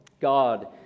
God